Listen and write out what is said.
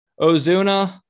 Ozuna